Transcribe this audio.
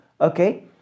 okay